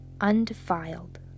undefiled